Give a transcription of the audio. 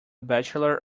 bachelor